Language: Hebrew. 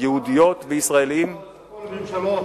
יהודיות וישראלים, כל הממשלות,